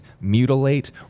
mutilate